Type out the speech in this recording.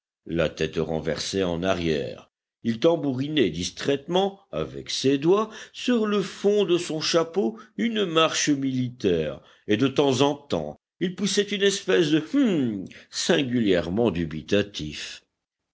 la tête renversée en arrière il tambourinait distraitement avec ses doigts sur le fond de son chapeau une marche militaire et de temps en temps il poussait une espèce de humph singulièrement dubitatif